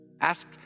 Ask